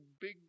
big